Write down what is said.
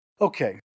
Okay